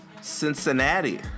Cincinnati